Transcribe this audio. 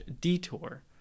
detour